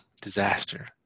Disaster